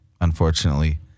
Unfortunately